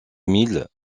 milles